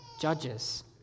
judges